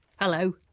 Hello